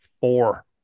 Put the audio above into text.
four